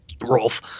Rolf